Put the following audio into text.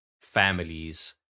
families